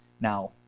Now